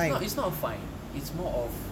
it's not it's not a fine it's more of